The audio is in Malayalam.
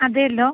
അതെയല്ലോ